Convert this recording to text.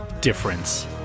difference